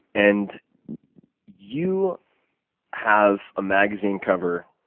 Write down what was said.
and you have a magazine cover